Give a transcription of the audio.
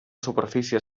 superfície